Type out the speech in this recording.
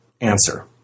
answer